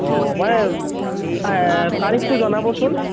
মানে তাৰিখটো জনাবচোন